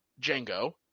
Django